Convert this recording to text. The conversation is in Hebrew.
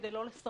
כדי לא לסרבל,